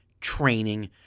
training